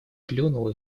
плюнул